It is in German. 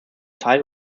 teil